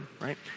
right